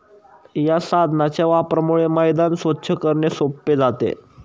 या साधनाच्या वापरामुळे मैदान स्वच्छ करणे सोपे जाते